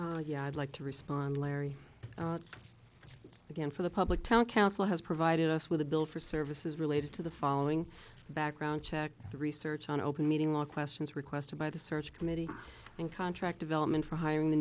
me yeah i'd like to respond larry again for the public town council has provided us with a bill for services related to the following background check the research on open meeting law questions requested by the search committee and contract development for hiring the